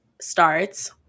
starts